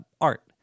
art